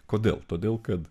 kodėl todėl kad